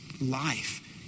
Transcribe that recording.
life